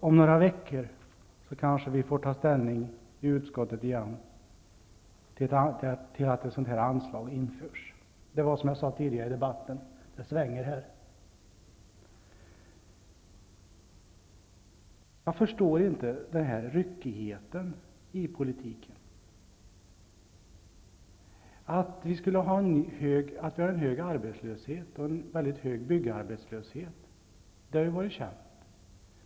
Om några veckor kanske vi i utskottet får ta ställning till att ett sådant anslag införs igen. Som jag sade tidigare i debatten: Det svänger. Jag förstår inte denna ryckighet i politiken. Att vi har en hög arbetslöshet och en mycket hög byggarbetslöshet har varit känt.